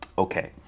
Okay